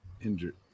injured